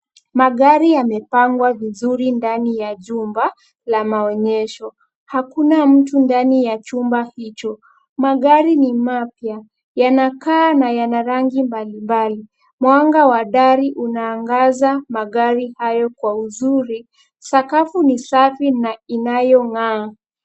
Magari yamepangwa vizuri ndani ya jumba la maonyesho. Hakuna mtu ndani ya chumba hicho. Magari ni mapya yanakaa na yana rangi mbali mbali. Mwanga wa dari unaangaza magari hayo kwa uzuri. Sakafu ni safi na inayong'aa.